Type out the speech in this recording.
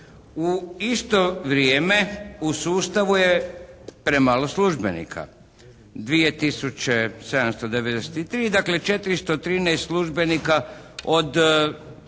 U isto vrijeme u sustavu je premalo službenika. 2793 dakle 413 službenika od